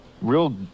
Real